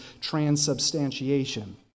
transubstantiation